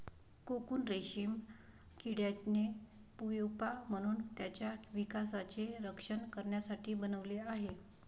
cocoon रेशीम किड्याने pupa म्हणून त्याच्या विकासाचे रक्षण करण्यासाठी बनवले आहे